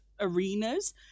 arenas